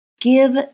give